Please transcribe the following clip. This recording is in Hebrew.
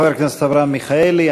תודה לחבר הכנסת אברהם מיכאלי.